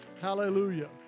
Hallelujah